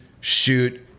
shoot